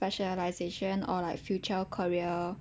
specialisation or like future career